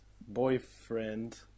Boyfriend